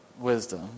wisdom